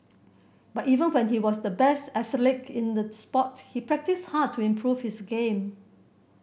but even when he was the best athlete in the sport he practised hard to improve his game